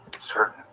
certain